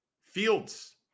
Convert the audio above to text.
fields